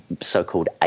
so-called